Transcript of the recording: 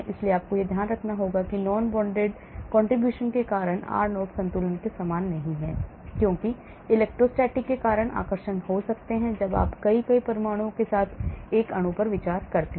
इसलिए आपको यह ध्यान रखना होगा कि non bonded contribution के कारण r0 संतुलन के समान नहीं है क्योंकि इलेक्ट्रोस्टैटिक के कारण आकर्षण हो सकते हैं जब आप कई कई परमाणुओं के साथ एक अणु पर विचार करते हैं